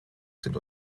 sind